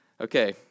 Okay